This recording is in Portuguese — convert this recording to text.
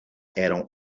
eram